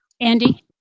Andy